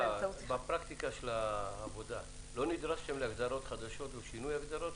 הפרקטיקה של העבודה לא נדרשתם להגדרות חדשות ולשינוי הגדרות